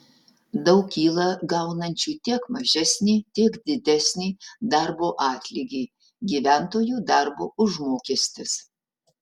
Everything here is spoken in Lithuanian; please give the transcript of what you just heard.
daug kyla gaunančių tiek mažesnį tiek didesnį darbo atlygį gyventojų darbo užmokestis